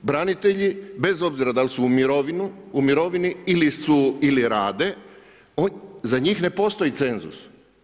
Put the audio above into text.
Branitelji bez obzira dal' su u mirovini ili rade, za njih ne postoji cenzus.